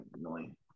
annoying